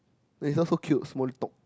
eh this one so cute small talk